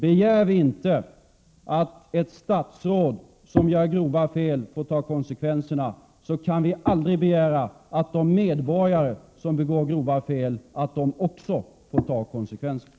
Om vi inte begär att ett statsråd som begår grova fel får ta konsekvenserna, kan vi inte heller begära att de medborgare som begår grova fel får ta konsekvenserna.